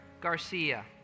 Garcia